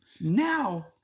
Now